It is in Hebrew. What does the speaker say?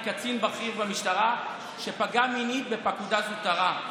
קצין בכיר במשטרה שפגע מינית בפקודה זוטרה.